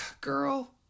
Girl